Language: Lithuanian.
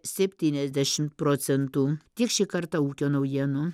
septyniasdešim procentų tiek šį kartą ūkio naujienų